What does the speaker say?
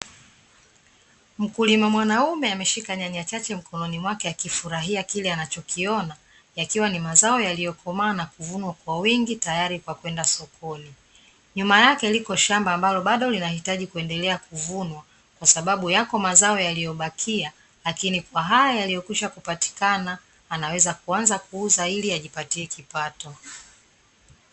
Mkulima mwanaume ameshika nyanya chache mkononi mwake akifurahia kile anachokiona, yakiwa ni mazao yaliyokomaa na kuvunwa kwa wingi tayari kwa kwenda sokoni. Nyuma yake liko shamba ambalo bado linahitaji kuendelea kuvunwa, kwa sababu yako mazao yaliyobakia lakini kwa haya yaliyokwisha kupatikana, anaweza kuanza kuuza ili ajipatie kipato.